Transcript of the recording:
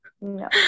No